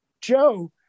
Joe